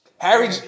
Harry